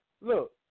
Look